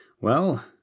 Well